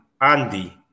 Andy